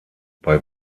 bei